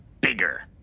bigger